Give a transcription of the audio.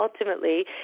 ultimately